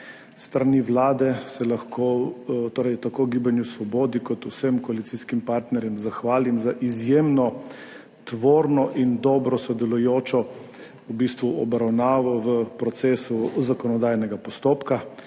strani Vlade se lahko torej tako Gibanju Svobodi kot vsem koalicijskim partnerjem zahvalim za izjemno tvorno in dobro sodelujočo obravnavo v procesu zakonodajnega postopka.